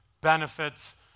benefits